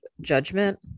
judgment